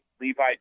Levi